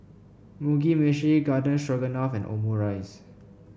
Mugi Meshi Garden Stroganoff and Omurice